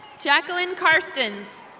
jacquelin carston.